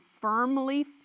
firmly